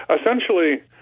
essentially